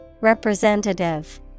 Representative